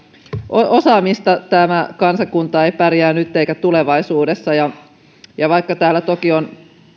osaamista tämä kansakunta ei pärjää nyt eikä tulevaisuudessa vaikka täällä toki on